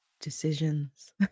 Decisions